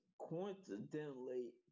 coincidentally